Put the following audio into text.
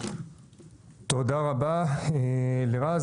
תודה רבה לרז.